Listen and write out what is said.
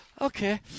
Okay